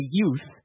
youth